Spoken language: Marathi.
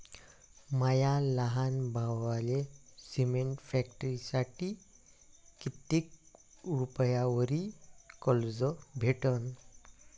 माया लहान भावाले सिमेंट फॅक्टरीसाठी कितीक रुपयावरी कर्ज भेटनं?